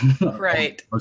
Right